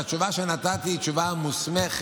והתשובה שנתתי היא תשובה מוסמכת.